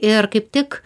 ir kaip tik